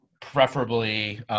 preferably